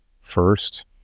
first